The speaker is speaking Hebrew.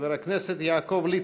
חבר הכנסת יעקב ליצמן,